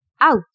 Out